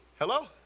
Hello